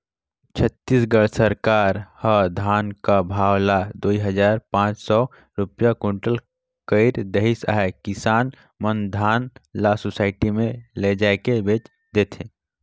छत्तीसगढ़ सरकार ह धान कर भाव ल दुई हजार पाच सव रूपिया कुटल कइर देहिस अहे किसान मन धान ल सुसइटी मे लेइजके बेच देथे